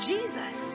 Jesus